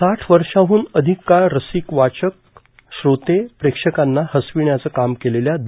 साठ वर्षाहून अधिक काळ रसिक वाचक श्रोते प्रेक्षकांना हसविण्याचं काम केलेल्या द